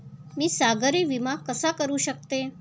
मी सागरी विमा कसा करू शकतो?